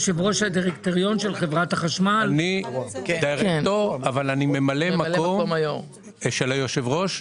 דירקטור, אבל אני ממלא מקום של היושב-ראש.